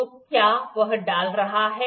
तो क्या वह डाल रहा है